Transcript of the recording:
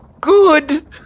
good